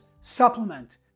Supplement